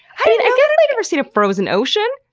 i've never seen a frozen ocean.